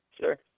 Sure